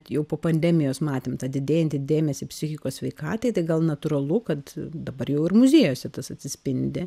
jau po pandemijos matėm tą didėjantį dėmesį psichikos sveikatai tai gal natūralu kad dabar jau ir muziejuose tas atsispindi